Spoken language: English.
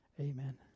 Amen